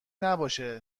نباشه